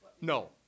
No